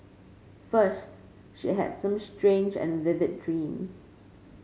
first she had some strange and vivid dreams